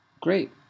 Great